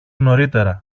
νωρίτερα